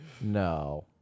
No